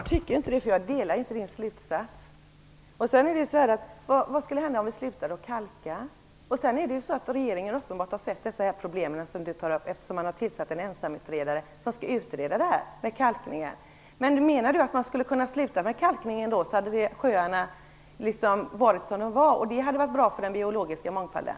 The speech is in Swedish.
Herr talman! Jag tycker inte att det är besvärande, för jag delar inte Dan Ericssons slutsats. Vad skulle hända om vi slutade att kalka? Uppenbarligen har regeringen insett de problem Dan Ericsson tar upp, eftersom man nu tillsatt en ensamutredare för att utreda kalkningen. Menar Dan Ericsson att om vi skulle sluta med kalkningen och sjöarna blev som de en gång var, skulle det då vara bra för den biologiska mångfalden?